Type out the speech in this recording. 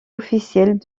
officiels